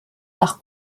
nach